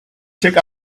check